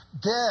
Dead